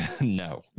No